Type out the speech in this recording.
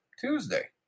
Tuesday